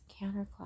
counterclockwise